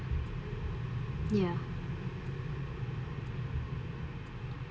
ya